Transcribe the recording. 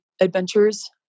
adventures